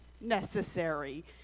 necessary